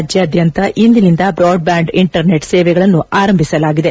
ರಾಜ್ಯಾದ್ಯಂತ ಇಂದಿನಿಂದ broadband internet ಸೇವೆಗಳನ್ನು ಆರಂಭಿಸಲಾಗಿದೆ